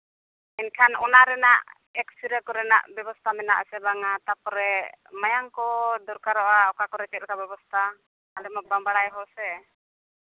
ᱮᱱᱠᱷᱟᱱ ᱚᱱᱟ ᱨᱮᱱᱟᱜ ᱮᱠᱥᱨᱮᱹ ᱠᱚᱨᱮᱱᱟᱜ ᱵᱮᱵᱚᱥᱛᱷᱟ ᱢᱮᱱᱟᱜ ᱟᱥᱮ ᱵᱟᱝᱟ ᱛᱟᱨᱯᱚᱨᱮ ᱢᱟᱭᱟᱝ ᱠᱚ ᱫᱚᱨᱠᱟᱨᱚᱜᱼᱟᱚᱠᱟ ᱠᱚᱨᱮ ᱪᱮᱫ ᱞᱮᱠᱟ ᱵᱮᱵᱚᱥᱛᱷᱟ ᱟᱞᱮ ᱢᱟ ᱵᱟᱝ ᱵᱟᱲᱟᱭ ᱦᱚᱲ ᱥᱮ